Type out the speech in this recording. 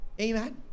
Amen